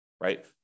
right